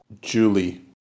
Julie